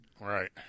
right